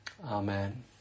Amen